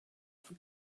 for